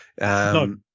No